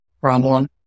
problem